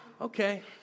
Okay